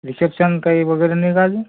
reception काही वगैरे नाही का अजून